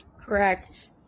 correct